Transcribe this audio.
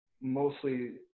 mostly